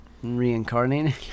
Reincarnating